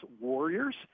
warriors